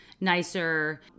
nicer